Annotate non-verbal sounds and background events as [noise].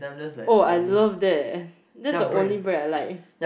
oh I love that eh [breath] that's the only bread I like